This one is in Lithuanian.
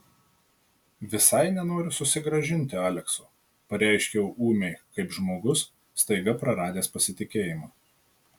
visai nenoriu susigrąžinti alekso pareiškiau ūmiai kaip žmogus staiga praradęs pasitikėjimą